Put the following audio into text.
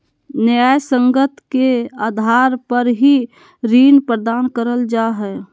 न्यायसंगत के आधार पर ही ऋण प्रदान करल जा हय